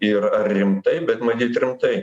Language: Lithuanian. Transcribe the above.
ir ar rimtai bet matyt rimtai